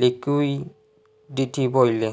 liquidity ব্যলে